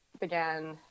began